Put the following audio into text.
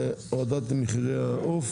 הורדת מחירי העוף